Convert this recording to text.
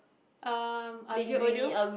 um Aglio-Olio